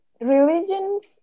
Religions